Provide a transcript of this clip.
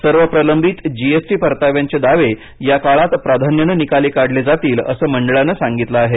सर्व प्रलंबित G S T परताव्यांचे दावे या काळात प्राधान्यानं निकाली काढले जातील असं मंडळानं सांगितलं आहे